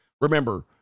Remember